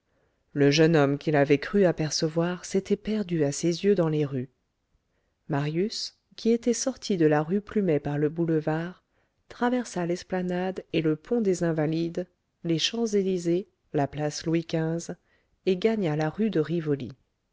le jeune homme qu'il avait cru apercevoir s'était perdu à ses yeux dans les rues marius qui était sorti de la rue plumet par le boulevard traversa l'esplanade et le pont des invalides les champs-élysées la place louis xv et gagna la rue de rivoli